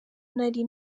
nari